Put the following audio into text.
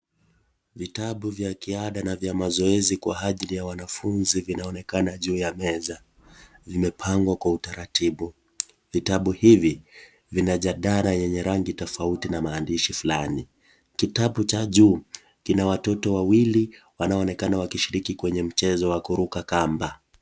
Vitabu vya kiada na vya mazoezi kwa hajili ya wanafunzi vinaonekana juu ya meza. Vimepangwa kwa utaratibu. Vitabu hivi vina jadala yenye rangi tafauti na maandishi fulani. Kitabu cha juu kina watoto wawili wanaoonekana wakishiriki kwenye mchezo wa kuruka kamba.